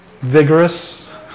Vigorous